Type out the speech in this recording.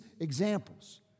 examples